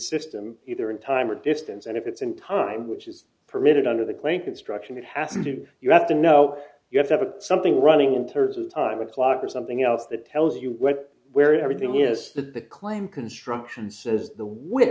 system either in time or distance and if it's in time which is permitted under the claim construction it has and do you have to know you have to have a something running in terms of the time a clock or something else that tells you what where everything is that the claim construction says the w